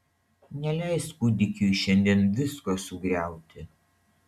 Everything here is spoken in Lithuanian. neleis kūdikiui šiandien visko sugriauti